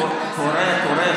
קורא.